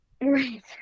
right